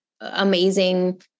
amazing